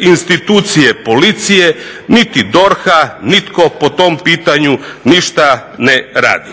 institucije policije niti DORH-a, nitko po tom pitanju ništa ne radi.